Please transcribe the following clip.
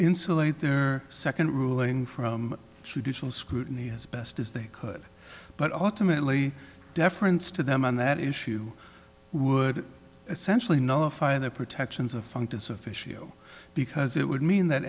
insulate their second ruling from traditional scrutiny as best as they could but ultimately deference to them on that issue would essentially notify the protections of functus officio because it would mean that